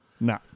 Nah